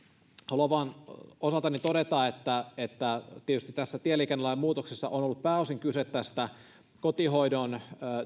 haluan vain osaltani todeta että tietysti tässä tieliikennelain muutoksessa on ollut pääosin kyse tästä kotihoidon